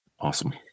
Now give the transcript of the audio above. Awesome